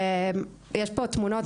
יש פה תמונות,